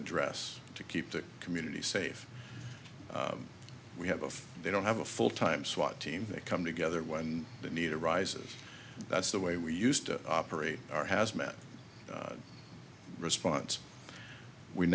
address to keep the community safe we have a they don't have a full time swat team they come together when the need arises that's the way we used to operate our hazmat response we